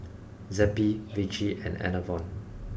Zappy Vichy and Enervon